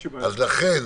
לכן,